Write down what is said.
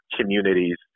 communities